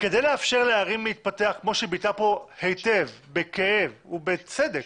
וכדי לאפשר לערים להתפתח כמו שביטא פה היטב בכאב ובצדק,